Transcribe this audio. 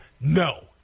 no